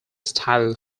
style